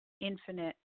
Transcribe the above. infinite